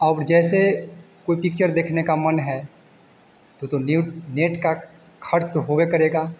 अब जैसे कोई पिक्चर देखने का मन है तो तो नेट नेट का खर्च तो होवे करेगा